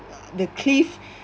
the cliff